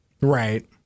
right